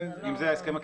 זה היה ההסכם הקיבוצי.